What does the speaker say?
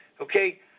okay